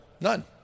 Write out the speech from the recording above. None